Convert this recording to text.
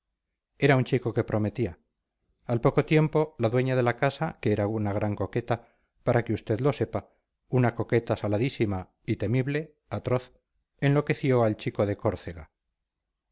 era un chico que prometía al poco tiempo la dueña de la casa que era una gran coqueta para que usted lo sepa una coqueta saladísima y temible atroz enloqueció al chico de córcega